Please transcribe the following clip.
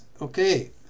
okay